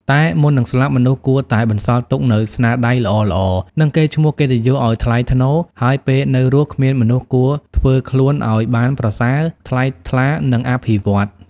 តែមុននឹងស្លាប់មនុស្សគួរតែបន្សល់ទុកនូវស្នាដៃល្អៗ និងកេរ្តិ៍ឈ្មោះកិត្តិយសឲ្យថ្លៃថ្នូរហើយពេលនៅរស់គ្មានមនុស្សគួរធ្វើខ្លួនអោយបានប្រសើរថ្លៃថ្លានិងអភិវឌ្ឍន៍ ។